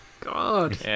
God